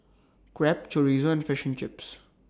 Crepe Chorizo and Fish and Chips